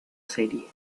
serie